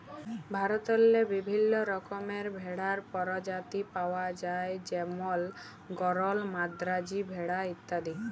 ভারতেল্লে বিভিল্ল্য রকমের ভেড়ার পরজাতি পাউয়া যায় যেমল গরল, মাদ্রাজি ভেড়া ইত্যাদি